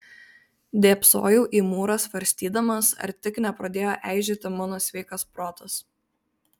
dėbsojau į mūrą svarstydamas ar tik nepradėjo eižėti mano sveikas protas